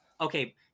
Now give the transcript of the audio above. okay